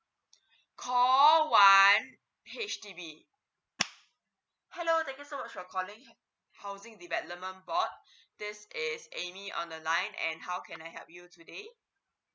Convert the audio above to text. call one H_D_B hello thank you so much calling housing development board this is amy on the line and how can I help you today